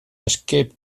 escape